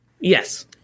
Yes